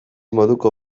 moduko